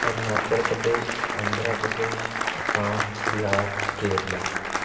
Arunachal Pradesh Andhra Pradesh Assam Bihar Kerala